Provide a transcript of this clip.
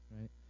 right